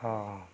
ହଁ ହଁ